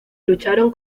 lucharon